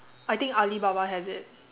I think Alibaba has it